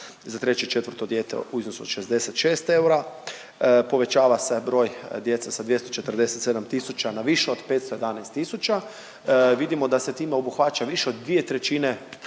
za 3. i 4. dijete u iznosu od 66 eura, povećava se broj djece sa 247 tisuća na više od 511 tisuća. Vidimo da se time obuhvaća više od 2/3 djece